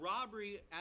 robbery